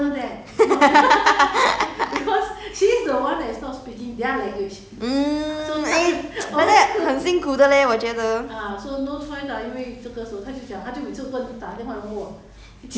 she never faster faster five o'clock then she leave mm eh like that 很辛苦的 leh 我觉得